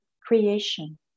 creation